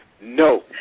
No